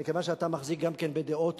מכיוון שאתה מחזיק גם כן בדעות